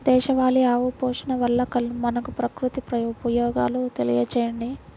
దేశవాళీ ఆవు పోషణ వల్ల మనకు, ప్రకృతికి ఉపయోగాలు తెలియచేయండి?